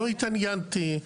לא התעניינתי,